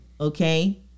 okay